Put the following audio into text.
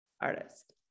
artist